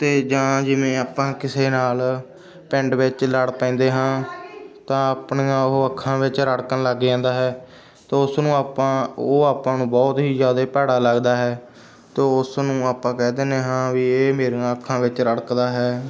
ਅਤੇ ਜਾਂ ਜਿਵੇਂ ਆਪਾਂ ਕਿਸੇ ਨਾਲ ਪਿੰਡ ਵਿੱਚ ਲੜ ਪੈਂਦੇ ਹਾਂ ਤਾਂ ਆਪਣੀਆਂ ਉਹ ਅੱਖਾਂ ਵਿੱਚ ਰੜਕਣ ਲੱਗ ਜਾਂਦਾ ਹੈ ਤੋ ਉਸ ਨੂੰ ਆਪਾਂ ਉਹ ਆਪਾਂ ਨੂੰ ਬਹੁਤ ਹੀ ਜ਼ਿਆਦਾ ਭੈੜਾ ਲੱਗਦਾ ਹੈ ਤੋ ਉਸ ਨੂੰ ਆਪਾਂ ਕਹਿ ਦਿੰਦੇ ਹਾਂ ਵੀ ਇਹ ਮੇਰੀਆਂ ਅੱਖਾਂ ਵਿੱਚ ਰੜਕਦਾ ਹੈ